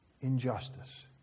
injustice